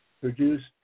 produced